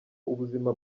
ubuzima